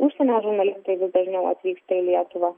užsienio žurnalistai vis dažniau atvyksta į lietuvą